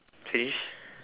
trees